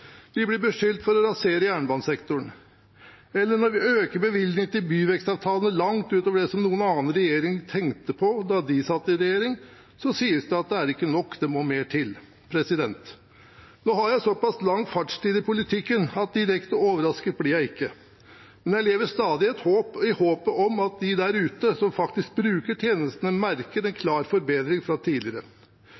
de styrte – da sies det at det ikke er nok, og det må mer til. Nå har jeg såpass lang fartstid i politikken at direkte overrasket blir jeg ikke. Men jeg lever stadig i håpet om at de der ute som faktisk bruker tjenestene, merker en